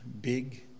big